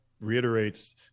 reiterates